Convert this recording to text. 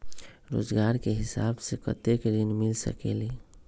रोजगार के हिसाब से कतेक ऋण मिल सकेलि?